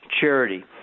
charity